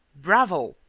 bravo!